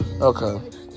Okay